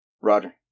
Roger